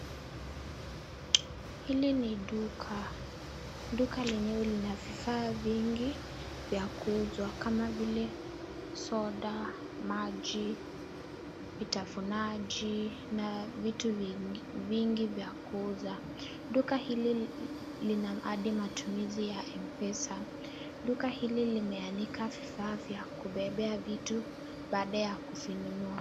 Hili ni duka, duka lenyewe lina vifaa vingi vywa kuuzwa kama vile soda, maji, vitafunaji na vitu vingi vya kuuzwa. Duka hili lina hadi matumizi ya mpesa. Duka hili limeanika vifaa vya kubebea vitu baada ya kuvinunua.